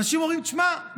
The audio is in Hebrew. אנשים אומרים: תשמע,